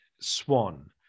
Swan